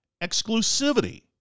exclusivity